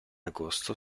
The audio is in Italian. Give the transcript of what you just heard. agosto